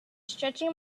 stretching